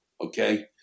okay